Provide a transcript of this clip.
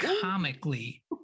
comically